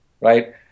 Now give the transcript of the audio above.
right